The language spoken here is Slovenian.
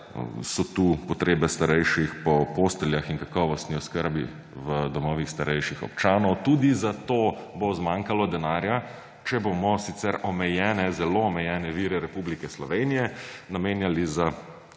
so tu potrebe starejših po posteljah in kakovostni oskrbi v domovih starejših občanov. Tudi za to bo zmanjkalo denarja, če bomo sicer omejene, zelo omejene vire Republike Slovenije namenjali za